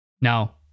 Now